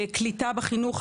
קליטה בחינוך.